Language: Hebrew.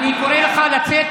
אני קורא לך לצאת.